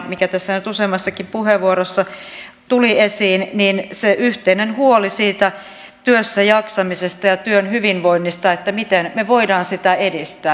ja tässä nyt useammassakin puheenvuorossa tuli esiin se yhteinen huoli työssäjaksamisesta ja työn hyvinvoinnista miten me voimme sitä edistää